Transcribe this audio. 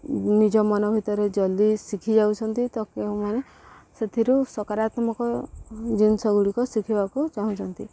ନିଜ ମନ ଭିତରେ ଜଲ୍ଦି ଶିଖି ଯାଉଛନ୍ତି ତ କେଉଁମାନେ ସେଥିରୁ ସକାରାତ୍ମକ ଜିନିଷଗୁଡ଼ିକ ଶିଖିବାକୁ ଚାହୁଁଛନ୍ତି